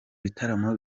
bitaramo